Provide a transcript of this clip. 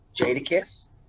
Jadakiss